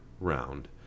round